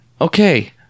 Okay